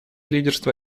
лидерство